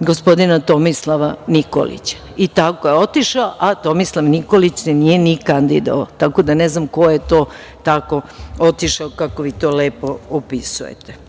gospodina Tomislava Nikolića i tako je otišao, a Tomislav Nikolić se nije ni kandidovao, tako da ne znam ko je to tako otišao kako vi to lepo opisujete. Hvala